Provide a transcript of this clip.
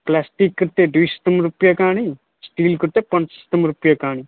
plastic कृते द्विशतं रूप्यकाणि स्टील् कृते पञ्चशतं रूप्यकाणि